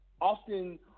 often